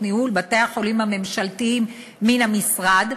ניהול בתי-החולים הממשלתיים מן המשרד,